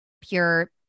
pure